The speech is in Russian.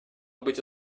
быть